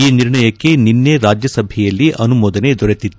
ಈ ನಿರ್ಣಯಕ್ಕೆ ನಿನ್ನೆ ರಾಜ್ಯಸಭೆಯಲ್ಲಿ ಅನುಮೋದನೆ ದೊರೆತ್ತಿತ್ತು